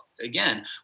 again